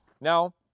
Now